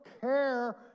care